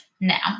now